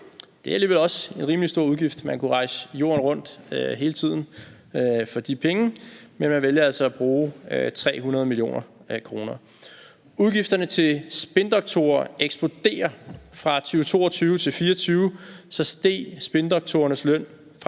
Det er alligevel også en rimelig stor udgift. Man kunne rejse jorden rundt hele tiden for de penge, men man vælger altså at bruge 300 mio. kr. Udgifterne til spindoktorer eksploderer. Fra 2022 til 2024 steg spindoktorernes løn